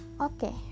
Okay